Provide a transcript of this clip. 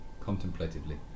contemplatively